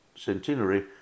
Centenary